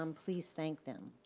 um please thank them.